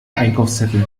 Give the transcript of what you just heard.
einkaufszettel